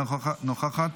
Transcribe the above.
אינה נוכחת,